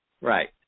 Right